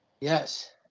Yes